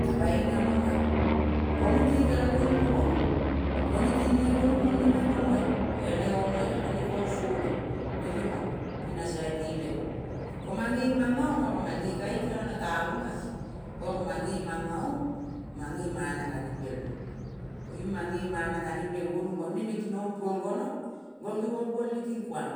Ka bai ina monga, ko mute kere goiung-o gonu. Konete ne gonu mone meng omoa, ere onoa ere ne kong sole, nelimong pi na sai itele ne ko mange manga ong oro mana kane piel mong, koiung mange mana ka ne piel mong. Koiung mange mana kane piel gonu mone ne kinong puol gonong gol givong buol ikil kuang.